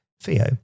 Theo